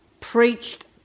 preached